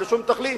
אין לו שום תכלית.